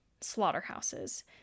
slaughterhouses